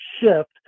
shift